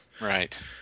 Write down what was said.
Right